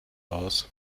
aus